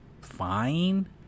fine